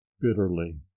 bitterly